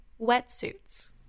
Wetsuits